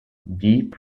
deep